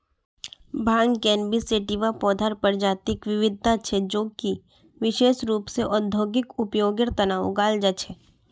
भांग cannabis sativa पौधार प्रजातिक विविधता छे जो कि विशेष रूप स औद्योगिक उपयोगेर तना उगाल जा छे